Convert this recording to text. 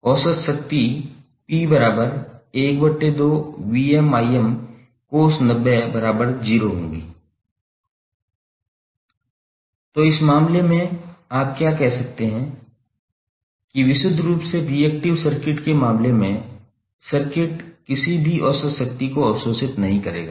औसत शक्ति 𝑃12𝑉𝑚𝐼𝑚cos900 होगी तो इस मामले में आप क्या कह सकते हैं कि विशुद्ध रूप से रिएक्टिव सर्किट के मामले में सर्किट किसी भी औसत शक्ति को अवशोषित नहीं करेगा